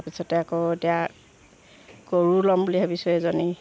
তাৰপিছতে আকৌ এতিয়া গৰু ল'ম বুলি ভাবিছোঁ এজনী